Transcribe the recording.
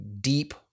deep